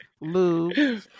lube